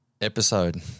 episode